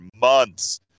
months